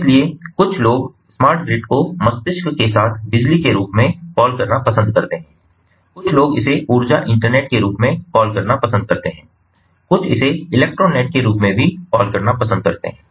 इसलिए कुछ लोग स्मार्ट ग्रिड को मस्तिष्क के साथ बिजली के रूप में कॉल करना पसंद करते हैं कुछ लोग इसे ऊर्जा इंटरनेट के रूप में कॉल करना पसंद करते हैं कुछ इसे इलेक्ट्रो नेट के रूप में भी कॉल करना पसंद करते हैं